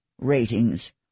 ratings